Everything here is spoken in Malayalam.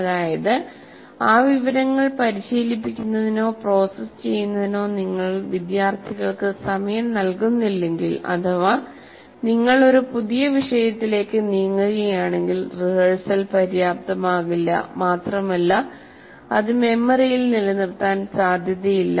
അതായത് ആ വിവരങ്ങൾ പരിശീലിപ്പിക്കുന്നതിനോ പ്രോസസ്സ് ചെയ്യുന്നതിനോ നിങ്ങൾ വിദ്യാർത്ഥികൾക്ക് സമയം നൽകുന്നില്ലെങ്കിൽ അഥവാ നിങ്ങൾ ഒരു പുതിയ വിഷയത്തിലേക്ക് നീങ്ങുകയാണെങ്കിൽ റിഹേഴ്സൽ പര്യാപ്തമാകില്ല മാത്രമല്ല അത് മെമ്മറിയിൽ നിലനിർത്താൻ സാധ്യതയില്ല